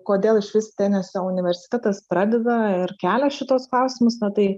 kodėl išvis tenesio universitetas pradeda ir kelia šituos klausimus na tai